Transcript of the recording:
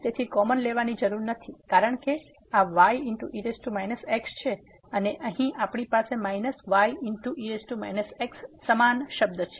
તેથી કોમન લેવાની જરૂર નથી કારણ કે આ y e x છે અને અહીં આપણી પાસે માઈનસ y e x સમાન શબ્દ છે